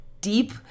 deep